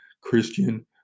Christian